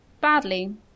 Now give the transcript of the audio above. badly